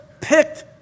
picked